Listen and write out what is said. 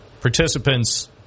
participants